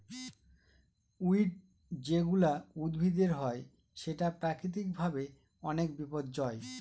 weed যেগুলা উদ্ভিদের হয় সেটা প্রাকৃতিক ভাবে অনেক বিপর্যই